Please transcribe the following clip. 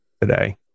today